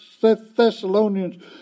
Thessalonians